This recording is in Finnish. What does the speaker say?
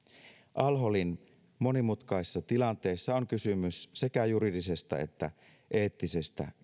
al holin monimutkaisessa tilanteessa on kysymys sekä juridisesta että eettisestä